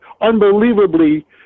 unbelievably